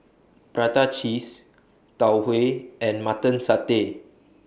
Prata Cheese Tau Huay and Mutton Satay